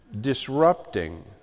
disrupting